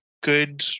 good